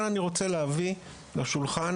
אני רוצה להעלות על השולחן